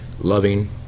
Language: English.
loving